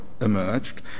emerged